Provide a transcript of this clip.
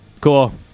cool